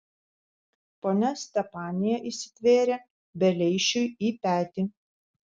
ponia stepanija įsitvėrė beleišiui į petį